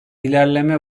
ilerleme